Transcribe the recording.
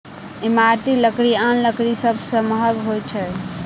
इमारती लकड़ी आन लकड़ी सभ सॅ महग होइत अछि